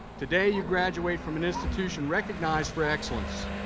today you graduate from an institution recognized for excellence.